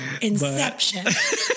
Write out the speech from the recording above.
inception